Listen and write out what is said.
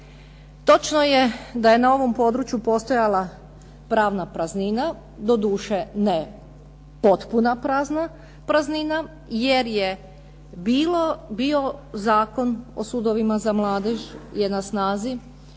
Točno je da je na ovom području postojala pravna praznina, doduše ne potpuna prazna praznina jer je bio Zakon o sudovima za mladež je na snazi